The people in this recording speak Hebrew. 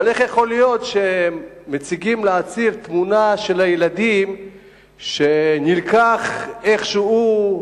אבל איך יכול להיות שמציגים לעציר תמונה של הילדים שנלקחה איכשהו,